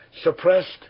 suppressed